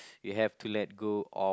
you have to let go of